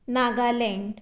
Nagaland